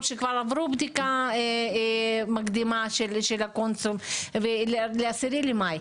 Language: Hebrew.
שכבר עברו בדיקה מקדימה של הקונסול ל-10 במאי.